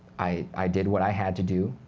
i i did what i had to do.